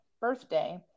birthday